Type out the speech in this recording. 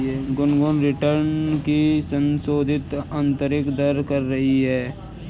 Gungun return की संशोधित आंतरिक दर कर रही है